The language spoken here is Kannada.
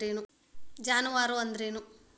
ಜಾನುವಾರು ಅಂದ್ರೇನು?